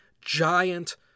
giant